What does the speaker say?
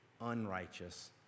unrighteous